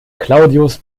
claudius